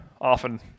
often